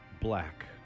Black